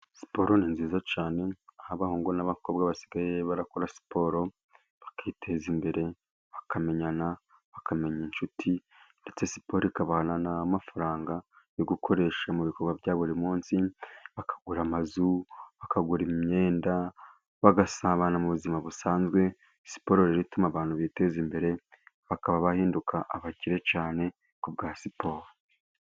Siporo ni nziza cyane, aho abahungu n'abakobwa basigaye bakora siporo bakiteza imbere, bakamenyana, bakamenya inshuti, ndetse siporo ikabaha n'amafaranga yo gukoresha mu bikorwa bya buri munsi. Bakagura amazu, bakagura imyenda, bagasabana mu buzima busanzwe. Siporo ituma abantu biteza imbere, bakaba bahinduka abakire cyane, ku bwa siporo.